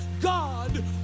God